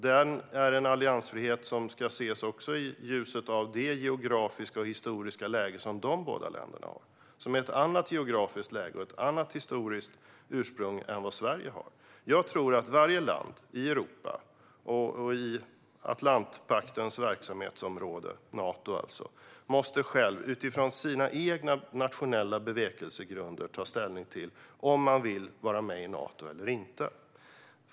Denna alliansfrihet ska också ses i ljuset av det geografiska läge och den historia som dessa båda länder har, som är ett annat geografiskt läge och ett annat historiskt ursprung än vad Sverige har. Jag tror att varje land i Europa och i Atlantpaktens - alltså Natos - verksamhetsområde självt och utifrån sina egna nationella bevekelsegrunder måste ta ställning till om man vill vara med i Nato eller inte.